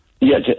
Yes